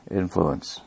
influence